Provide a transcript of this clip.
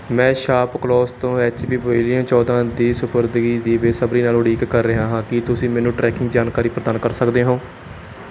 ਮੈਂ ਸ਼ਾਪਕਲੂਜ਼ ਤੋਂ H P Pavilion ਚੌਦਾਂ ਦੀ ਸਪੁਰਦਗੀ ਦੀ ਬੇਸਬਰੀ ਨਾਲ ਉਡੀਕ ਕਰ ਰਿਹਾ ਹਾਂ ਕੀ ਤੁਸੀਂ ਮੈਨੂੰ ਟਰੈਕਿੰਗ ਜਾਣਕਾਰੀ ਪ੍ਰਦਾਨ ਕਰ ਸਕਦੇ ਹੋ